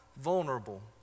vulnerable